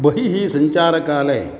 बहिः सञ्चारकाले